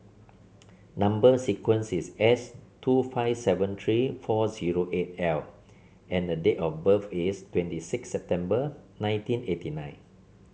number sequence is S two five seven three four zero eight L and the date of birth is twenty six September nineteen eighty nine